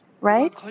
Right